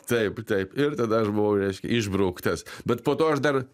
taip taip ir tada aš buvau reiškia išbrauktas bet po to aš dar